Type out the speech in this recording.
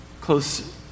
close